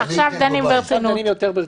עכשיו דנים יותר ברצינות.